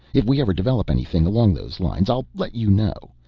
if we ever develop anything along those lines, i'll let you know.